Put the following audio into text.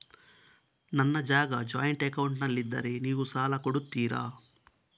ನನ್ನ ಜಾಗ ಜಾಯಿಂಟ್ ಅಕೌಂಟ್ನಲ್ಲಿದ್ದರೆ ನೀವು ಸಾಲ ಕೊಡ್ತೀರಾ?